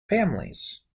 families